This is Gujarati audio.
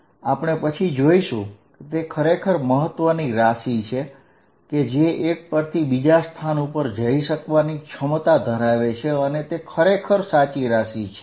આપણે પછી જોઈશું કે તે ખરેખર મહત્વની રાશી છે કે જે એક પરથી બીજા સ્થાન ઉપર જઈ શકવાની ક્ષમતા ધરાવે છે અને તે ખરેખર સાચી રાશી છે